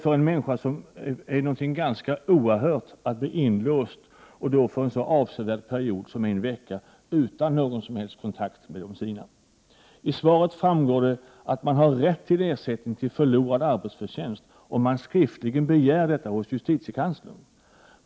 För en människa är det ganska oerhört att bli inlåst för en så avsevärd period som en vecka utan någon som helst kontakt med de sina. Av svaret framgår att man har rätt till ersättning för förlorad arbetsförtjänst, om man skriftligen begär detta hos justitiekanslern.